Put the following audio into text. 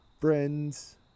friends